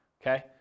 okay